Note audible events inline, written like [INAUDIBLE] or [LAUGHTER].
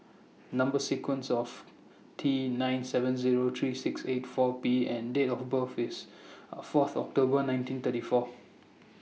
[NOISE] Number sequence of T nine seven Zero three six eight four P and Date of birth IS [HESITATION] Fourth October nineteen thirty Fourth